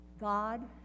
God